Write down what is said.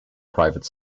private